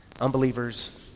unbelievers